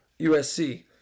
USC